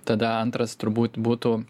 tada antras turbūt būtų